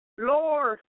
Lord